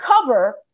cover